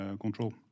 control